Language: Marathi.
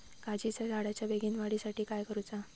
काजीच्या झाडाच्या बेगीन वाढी साठी काय करूचा?